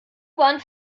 bahn